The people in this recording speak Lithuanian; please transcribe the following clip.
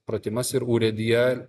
pratimas ir urėdija